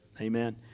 Amen